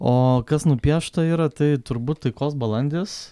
o kas nupiešta yra tai turbūt taikos balandis